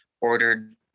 ordered